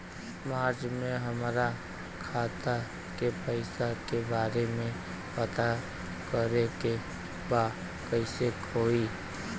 मार्च में हमरा खाता के पैसा के बारे में पता करे के बा कइसे होई?